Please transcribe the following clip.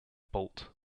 bolt